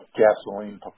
gasoline